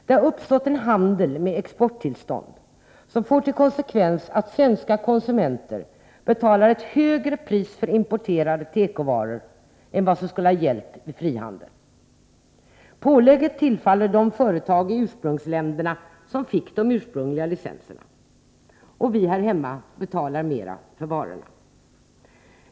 Det har uppstått en handel med exporttillstånd som får till konsekvens att svenska konsumenter betalar ett högre pris för importerade tekovaror än vad som skulle ha gällt vid frihandel. Pålägget tillfaller de företag i ursprungsländerna som fick de ursprungliga licenserna, och vi här hemma betalar mer för varorna.